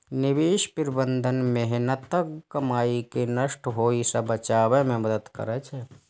निवेश प्रबंधन मेहनतक कमाई कें नष्ट होइ सं बचबै मे मदति करै छै